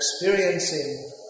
experiencing